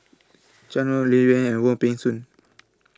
Chuan No Liuyun and Wong Peng Soon